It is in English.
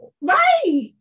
right